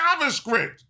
JavaScript